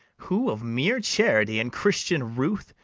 who, of mere charity and christian ruth,